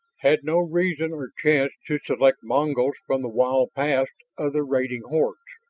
had no reason or chance to select mongols from the wild past of the raiding hordes.